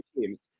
teams